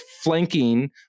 flanking